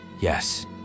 Yes